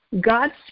God